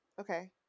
okay